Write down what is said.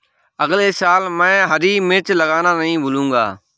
अगले साल मैं हरी मिर्च लगाना नही भूलूंगा